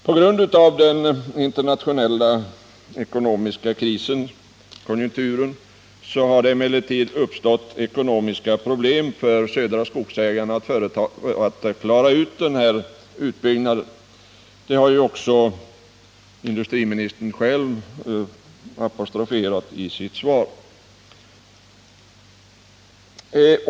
På grund av den internationella krisen har emellertid Södra Skogsägarna fått ekonomiska problem med att klara den här utbyggnaden — det har också industriministern understrukit i sitt svar.